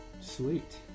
sweet